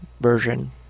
version